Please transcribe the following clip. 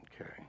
Okay